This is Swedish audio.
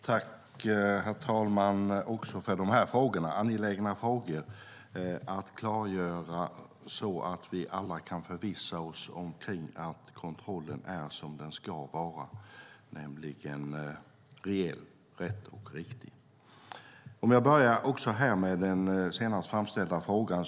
Herr talman! Tack även för de här frågorna, Krister Örnfjäder! Det är angelägna frågor att klargöra så att vi alla kan förvissa oss om att kontrollen är som den ska vara, nämligen rejäl, rätt och riktig. Jag börjar också här med den senast ställda frågan.